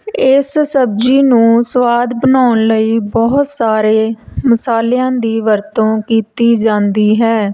ਇਸ ਸਬਜ਼ੀ ਨੂੰ ਸਵਾਦ ਬਣਾਉਣ ਲਈ ਬਹੁਤ ਸਾਰੇ ਮਸਾਲਿਆਂ ਦੀ ਵਰਤੋਂ ਕੀਤੀ ਜਾਂਦੀ ਹੈ